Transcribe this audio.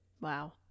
Wow